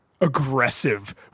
aggressive